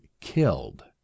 killed